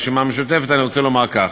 הרשימה המשותפת, אני רוצה לומר כך: